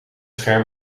scherm